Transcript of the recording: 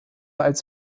als